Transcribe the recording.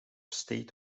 state